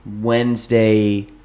Wednesday